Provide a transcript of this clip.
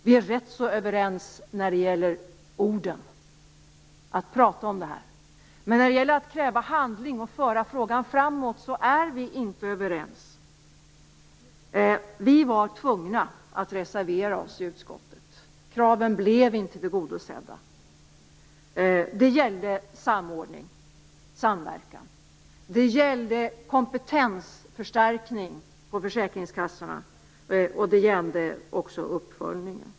Vi är rätt så överens när det gäller orden - att prata om detta. Men när det gäller att kräva handling och att föra frågan framåt, är vi inte överens. Vi var tvungna att reservera oss i utskottet. Kraven blev inte tillgodosedda. De gällde samordning, samverkan. De gällde kompetensförstärkning på försäkringskassorna, och de gällde uppföljningen.